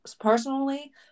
personally